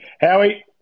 Howie